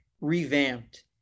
revamped